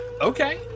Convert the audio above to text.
okay